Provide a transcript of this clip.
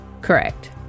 Correct